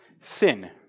Sin